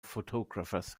photographers